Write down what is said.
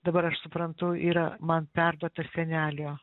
dabar aš suprantu yra man perduota senelio